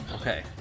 okay